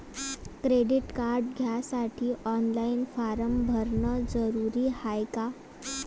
Credit card घ्यासाठी online form भरन जरुरीच हाय का?